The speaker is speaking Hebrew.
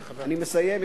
חבר הכנסת, אני מסיים.